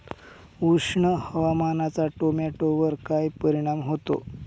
उष्ण हवामानाचा टोमॅटोवर काय परिणाम होतो?